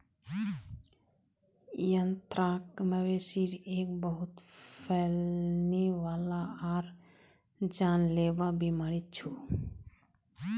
anthrax, मवेशिर एक बहुत फैलने वाला आर जानलेवा बीमारी छ